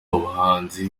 abahanzi